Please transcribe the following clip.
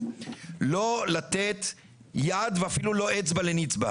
לא לתת יד ואפילו לא אצבע לנצבא.